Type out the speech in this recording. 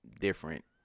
different